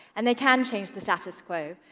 and they can change the status quo.